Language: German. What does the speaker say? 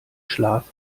schlaf